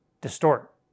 distort